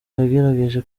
yagerageje